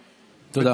תודה.